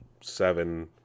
seven